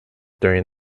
during